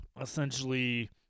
essentially